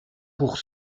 pour